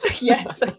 yes